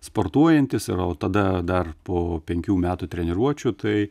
sportuojantis tada dar po penkių metų treniruočių tai